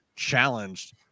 Challenged